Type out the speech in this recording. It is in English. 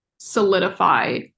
solidify